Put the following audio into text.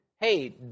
hey